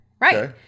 Right